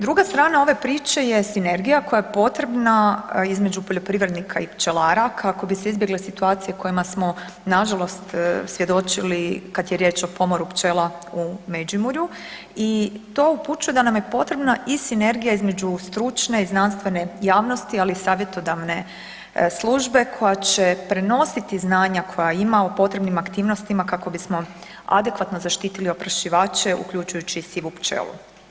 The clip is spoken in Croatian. Druga strana ove priče je sinergija koja je potrebna između poljoprivrednika i pčelara kako bi se izbjegle situacije kojima smo nažalost svjedočili kad je riječ o pomoru pčela u Međimurju i to upućuje da nam je potrebna i sinergija između stručne i znanstvene javnosti, ali i savjetodavne službe koja će prenositi znanja koja ima o potrebnim aktivnostima kako bismo adekvatno zaštitili oprašivače, uključujući i sivu pčelu.